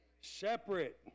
Separate